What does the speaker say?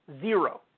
Zero